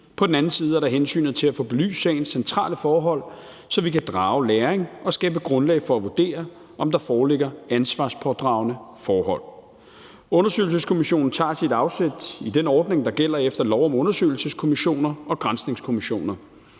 På den anden side er der hensynet til at få belyst sagens centrale forhold, så vi kan drage læring og skabe grundlag for at vurdere, om der foreligger ansvarspådragende forhold. Undersøgelseskommissionen tager sit afsæt i den ordning, der gælder efter lov om undersøgelseskommissioner og granskningskommissioner.